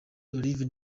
olivier